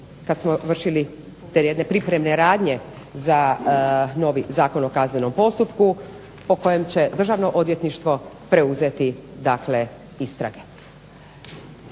kada smo vršili te pripremne radnje a novi Zakon o kaznenom postupku po kojem će Državno odvjetništvo preuzeti dakle istrage.